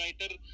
writer